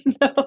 No